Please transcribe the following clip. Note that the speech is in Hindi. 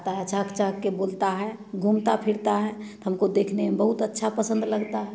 आता है चहक चहक के बोलता है घूमता फिरता है हमको देखने में बहुत अच्छा पसंद लगता है